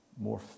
more